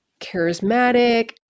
charismatic